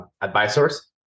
advisors